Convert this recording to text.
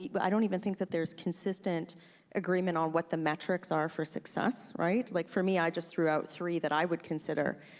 but i don't even think that there's consistent agreement on what the metrics are for success, right? like for me, i just threw out three that i would consider,